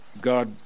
God